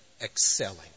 excelling